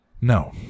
No